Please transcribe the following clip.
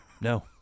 No